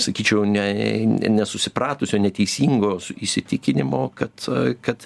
sakyčiau ne nesusipratusio neteisingo įsitikinimo kad kad